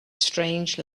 strange